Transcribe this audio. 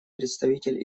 представитель